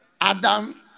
Adam